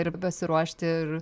ir besiruošti ir